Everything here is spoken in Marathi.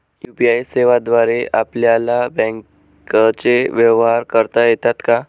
यू.पी.आय सेवेद्वारे आपल्याला बँकचे व्यवहार करता येतात का?